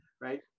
Right